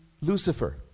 Lucifer